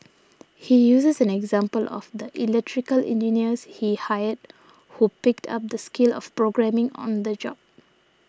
he uses an example of the electrical engineers he hired who picked up the skill of programming on the job